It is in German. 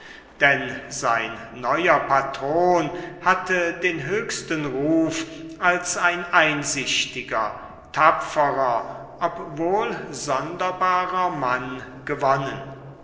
denn sein neuer patron hatte den höchsten ruf als ein einsichtiger tapferer obwohl sonderbarer mann gewonnen